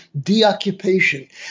deoccupation